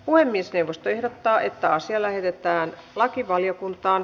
puhemiesneuvosto ehdottaa että asia lähetetään lakivaliokuntaan